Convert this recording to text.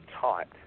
taught